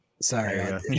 Sorry